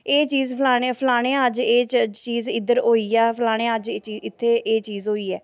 एह् चीज़ फलानेआं अज्ज एह् चीज इद्धर होई ऐ फलानेआं इत्थै एह् चीज़ होई ऐ